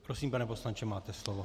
Prosím, pane poslanče, máte slovo.